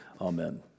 Amen